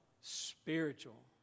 Spiritual